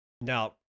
Now